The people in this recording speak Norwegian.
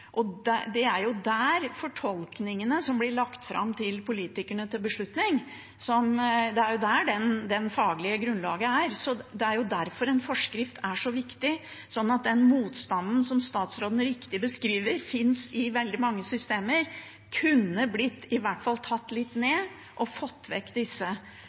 Det er jo der fortolkningene som blir lagt fram til politikerne til beslutning, blir gjort, det er der det faglige grunnlaget er. Det er derfor en forskrift er så viktig, så den motstanden som statsråden riktig beskriver, og som finnes i veldig mange systemer, kunne i hvert fall blitt tatt litt ned, man kunne fått vekk disse